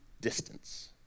distance